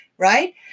Right